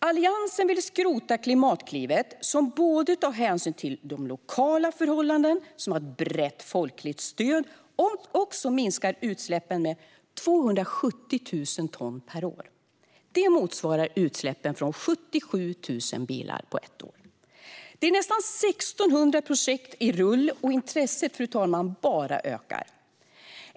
Alliansen vill skrota Klimatklivet, som både tar hänsyn till lokala förhållanden och har ett brett folkligt stöd och som dessutom minskar utsläppen med 270 000 ton per år. Det motsvarar utsläppen från 77 000 bilar på ett år. Nästan 1 600 projekt är på rull. Och intresset, fru talman, bara ökar.